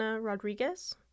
Rodriguez